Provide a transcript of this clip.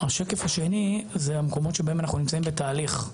השקף השני זה המקומות שבהם אנחנו נמצאים בתהליך.